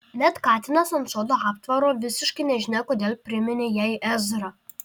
net katinas ant sodo aptvaro visiškai nežinia kodėl priminė jai ezrą